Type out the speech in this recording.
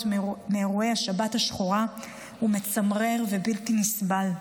מאירועי השבת השחורה הוא מצמרר ובלתי נסבל.